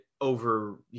over